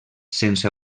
sense